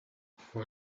fue